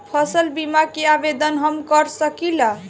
फसल बीमा के आवेदन हम कर सकिला?